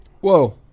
Whoa